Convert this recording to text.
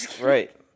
right